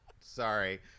Sorry